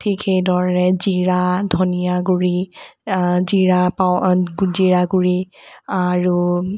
ঠিক সেইদৰে জিৰা ধনীয়া গুৰি জিৰা পাউ জিৰাগুৰি আৰু